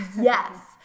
Yes